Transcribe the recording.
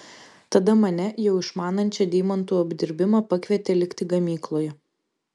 tada mane jau išmanančią deimantų apdirbimą pakvietė likti gamykloje